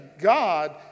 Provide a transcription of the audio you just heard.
God